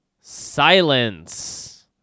Silence